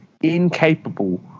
incapable